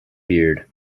beard